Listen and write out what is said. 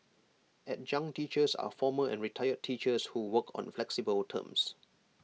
adjunct teachers are former and retired teachers who work on flexible terms